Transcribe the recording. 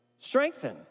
strengthen